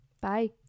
Bye